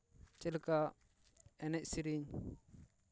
ᱪᱮᱫ ᱞᱮᱠᱟ ᱮᱱᱮᱡᱼᱥᱮᱨᱮᱧ